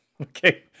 Okay